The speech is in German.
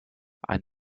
ein